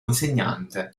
insegnante